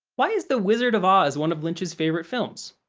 why is the wizard of oz one of lynch's favorite films?